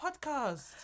podcast